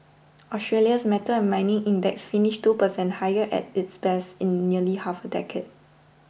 Australia's metals and mining index finished two per cent higher at its best in nearly half a decade